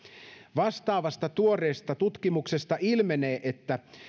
vastaavasta tuoreesta tutkimuksesta ilmenee että